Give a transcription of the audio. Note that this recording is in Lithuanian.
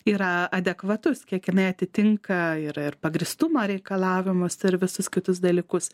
yra adekvatus kiek jinai atitinka ir ir pagrįstumo reikalavimus ir visus kitus dalykus